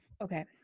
okay